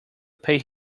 pay